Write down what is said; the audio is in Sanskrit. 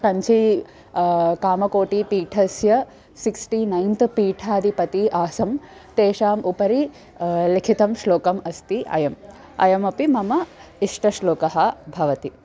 कञ्ची कामकोटि पीठस्य सिक्स्टि नैन्त् पीठाधिपति आसम् तेषाम् उपरि लिखितं श्लोकम् अस्ति अयम् अयमपि मम इष्टश्लोकः भवति